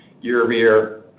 year-over-year